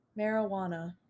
Marijuana